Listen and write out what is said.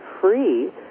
free